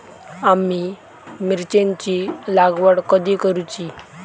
आम्ही मिरचेंची लागवड कधी करूची?